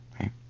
right